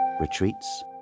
retreats